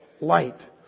Light